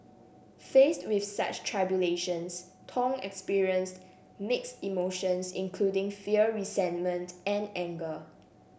faced with such tribulations Thong experienced mixed emotions including fear resentment and anger